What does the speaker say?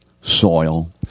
soil